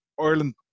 Ireland